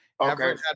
Okay